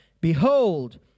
behold